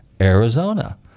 Arizona